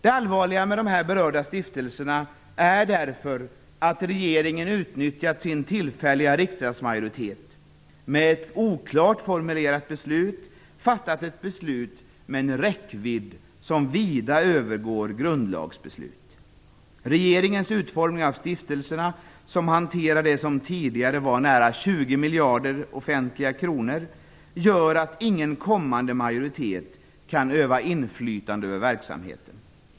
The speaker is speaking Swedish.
Det allvarliga med de här berörda stiftelserna är därför att regeringen utnyttjat sin tillfälliga riksdagsmajoritet, med oklart formulerat beslut, och fattat beslut med en räckvidd som övergår grundlagsbeslutet. Regeringens utformning av stiftelserna, som hanterar det som tidigare var nära 20 miljarder offentliga kronor, gör att ingen kommande majoritet kan öva inflytande över verksamheten.